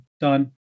Done